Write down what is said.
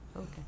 Okay